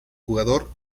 jugador